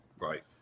Right